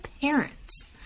parents